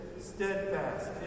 steadfast